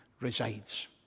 resides